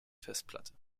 festplatte